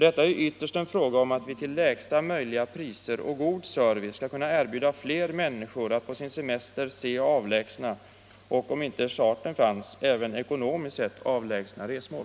Detta är ju ytterst en fråga om att vi till lägsta möjliga priser och med god service skall kunna erbjuda fler människor att på sin semester besöka geografiskt avlägsna — och om inte chartern fanns även ekonomiskt sett avlägsna — resmål.